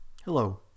Hello